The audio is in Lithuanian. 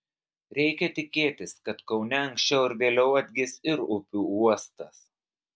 reikia tikėtis kad kaune anksčiau ar vėliau atgis ir upių uostas